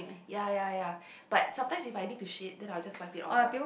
ya ya ya but sometimes if I need to shit then I'll just wipe it off lah